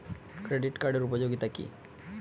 Credit কার্ডের উপযোগিতা কি?